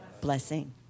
blessing